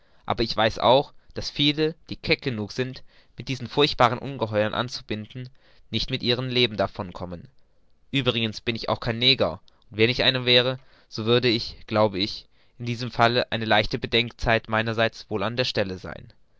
aber ich weiß auch daß viele die keck genug sind mit diesen furchtbaren ungeheuern anzubinden nicht mit dem leben davon kommen uebrigens bin ich auch kein neger und wenn ich einer wäre so würde glaube ich in diesem falle eine leichte bedenklichkeit meinerseits wohl an der stelle sein